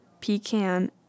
pecan